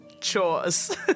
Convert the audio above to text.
Chores